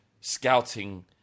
scouting